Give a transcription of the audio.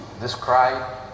describe